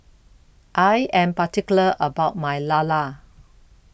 I Am particular about My Lala